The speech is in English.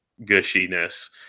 gushiness